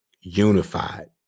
unified